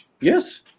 Yes